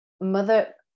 mother